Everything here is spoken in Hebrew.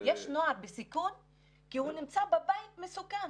יש נוער בסיכון שנמצא בבית והוא מסוכן.